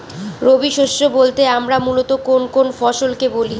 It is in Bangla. রবি শস্য বলতে আমরা মূলত কোন কোন ফসল কে বলি?